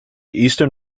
eastern